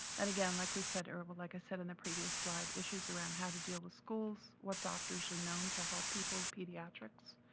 and again, like we said, or like i said in the previous slide, issues around how to deal with schools, what doctors are known to help people, pediatrics,